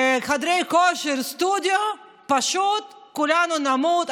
חדרי כושר, סטודיו, פשוט כולנו נמות.